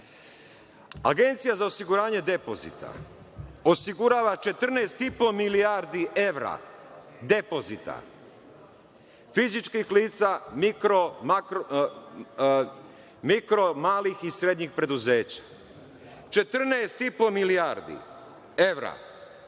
kapitala. Agencija za osiguranje depozita, osigurava 14,5 milijardi evra depozita fizičkih lica, mikro, makro i srednjih preduzeća. Dakle, 14,5 milijardi evra ukupnih